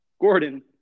Gordon